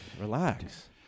Relax